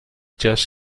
just